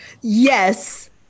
Yes